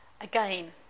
Again